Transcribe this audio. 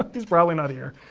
he's probably not here.